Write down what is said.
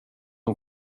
hon